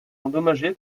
endommagée